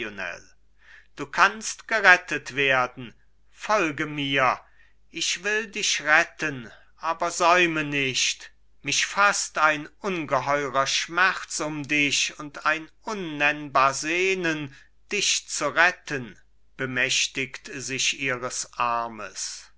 du kannst gerettet werden folge mir ich will dich retten aber säume nicht mich faßt ein ungeheurer schmerz um dich und ein unnennbar sehnen dich zu retten bemächtigt sich ihres armes